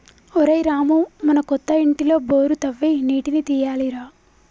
ఒరేయ్ రామూ మన కొత్త ఇంటిలో బోరు తవ్వి నీటిని తీయాలి రా